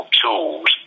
tools